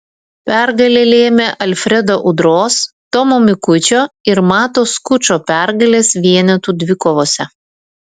pergalę lėmė alfredo udros tomo mikučio ir mato skučo pergalės vienetų dvikovose